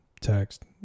text